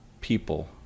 people